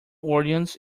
orleans